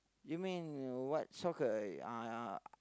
you mean what soccer uh